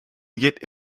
yet